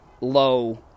low